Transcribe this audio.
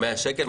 100 שקל?